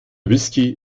whisky